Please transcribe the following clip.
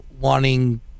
wanting